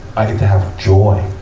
i get to have joy.